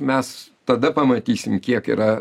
mes tada pamatysim kiek yra